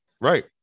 Right